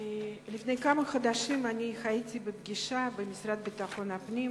לפני כמה חודשים אני הייתי בפגישה במשרד לביטחון הפנים,